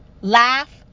laugh